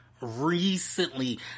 recently